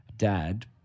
dad